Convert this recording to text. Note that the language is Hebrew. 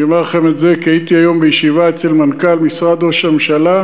אני אומר לכם את זה כי הייתי היום בישיבה אצל מנכ"ל משרד ראש הממשלה: